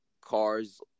cars